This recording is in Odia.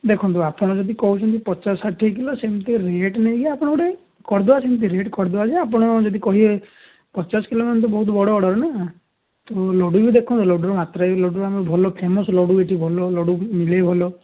ଦେଖନ୍ତୁ ଆପଣ ଯଦି କହୁଛନ୍ତି ପଚାଶ ଷାଠିଏ କିଲୋ ସେମିତି ରେଟ୍ ନେଇକି ଆପଣ ଗୋଟେ କରିଦେବା ଯେମିତି ରେଟ୍ କରିଦେବା ଯେ ଆପଣ ଯଦି କହିବେ ପଚାଶ କିଲୋ ମାନେ ତ ବହୁତ ବଡ଼ ଅର୍ଡର୍ ନା ତ ଲଡ଼ୁ ବି ଦେଖନ୍ତୁ ଲଡ଼ୁର ମାତ୍ରା ବି ଲଡ଼ୁ ଆମ ଭଲ ଫେମସ୍ ଲଡ଼ୁ ଏଠି ଭଲ ଲଡ଼ୁ ବି ମିଳେ ଭଲ